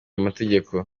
amategeko